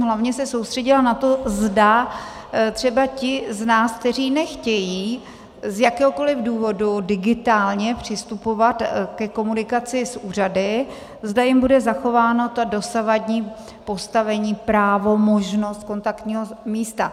Hlavně jsem se soustředila na to, zda třeba ti z nás, kteří nechtějí z jakéhokoli důvodu digitálně přistupovat ke komunikaci s úřady, zda jim bude zachováno to dosavadní postavení, právo, možnost kontaktního místa.